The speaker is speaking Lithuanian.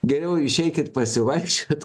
geriau išeikit pasivaikščiot